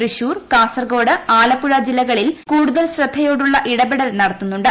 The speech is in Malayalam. തൃശൂർ കാസർകോട് ആലപ്പുഴ ജില്ലകളിൽ കൂടുതൽ ശ്രദ്ധയോടെയുള്ള ഇടപെടൽ നടത്തുന്നുണ്ട്